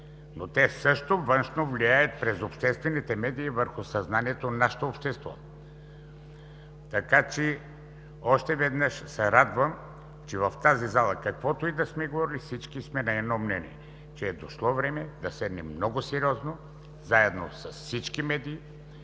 те също външно влияят през обществените медии върху съзнанието на нашето общество. Още веднъж, радвам се, че в тази зала, каквото и да сме говорили, всички сме на едно мнение – че е дошло време да седнем много сериозно, заедно с всички медии